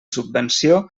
subvenció